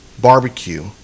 barbecue